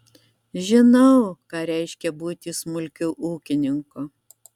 žinau ką reiškia būti smulkiu ūkininku